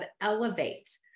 Elevate